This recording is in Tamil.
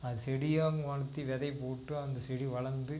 அது செடியாகவே வளர்த்தி விதைய போட்டு அந்தச் செடி வளர்ந்து